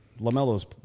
Lamelo's